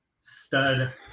stud